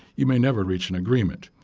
you may never reach an agreement.